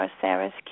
Sarah's